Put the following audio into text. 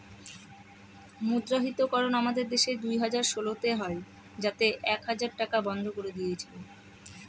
মুদ্রাহিতকরণ আমাদের দেশে দুই হাজার ষোলোতে হয় যাতে এক হাজার টাকা বন্ধ করে দিয়েছিল